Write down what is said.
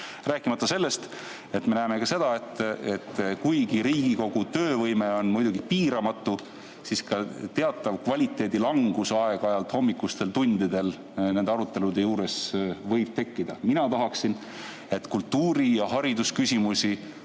Rääkimata sellest, et me näeme ka seda, et kuigi Riigikogu töövõime on muidugi piiramatu, siis ka teatav kvaliteedi langus võib aeg-ajalt hommikustel tundidel nendel aruteludel tekkida. Mina tahaksin, et kultuuri‑ ja haridusküsimusi